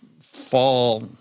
fall